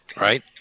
right